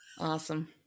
Awesome